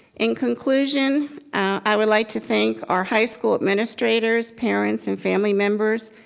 in conclusion i would like to thank our high school administrators, parents, and family members,